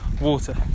water